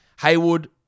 Haywood